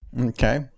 Okay